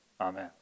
Amen